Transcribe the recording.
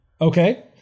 Okay